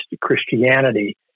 Christianity